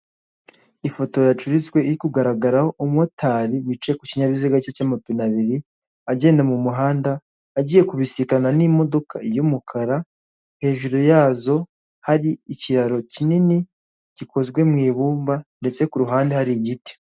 Ifoto yacuritswe iri kugendaho umumotari wicaye ku kinyabiziga cye cy'amapine abiri agenda mu muhanda agiye kubisikana n'imodoka y'umukara, hejuru yazo hari ikiraro kinini gikozwe mu ibumba ndetse ku ruhande hari igiti.